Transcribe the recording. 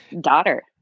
daughter